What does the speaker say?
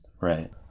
Right